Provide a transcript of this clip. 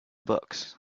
books